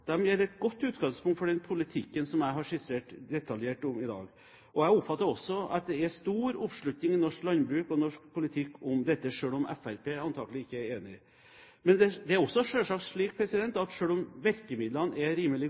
et godt utgangspunkt for den politikken som jeg har skissert detaljert i dag. Jeg oppfatter også at det er stor oppslutning i norsk landbruk og norsk politikk om dette, selv om Fremskrittspartiet antakelig ikke er enig. Det er selvsagt også slik at selv om virkemidlene er